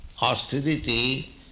austerity